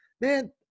man